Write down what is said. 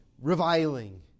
reviling